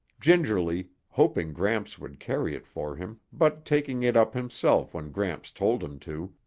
gingerly, hoping gramps would carry it for him but taking it up himself when gramps told him to,